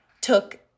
took